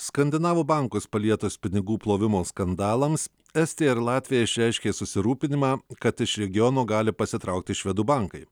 skandinavų bankus palietus pinigų plovimo skandalams estija ir latvija išreiškė susirūpinimą kad iš regiono gali pasitraukti švedų bankai